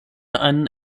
einen